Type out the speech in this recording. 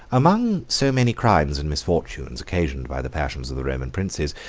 among so many crimes and misfortunes, occasioned by the passions of the roman princes,